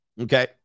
okay